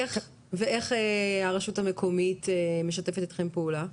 אה, אוקיי ואיך הרשות המקומית משתפת אתכם פעולה?